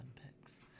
Olympics